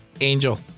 Angel